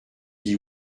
dit